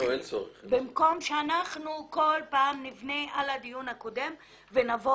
במקום שאנחנו כל פעם נבנה על הדיון הקודם ונבוא